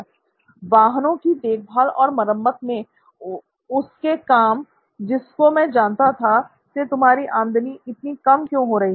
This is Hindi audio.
" वाहनों की देखभाल और मरम्मत के उसके काम जिसको मैं जानता था से तुम्हारी आमदनी इतनी कम क्यों हो रही है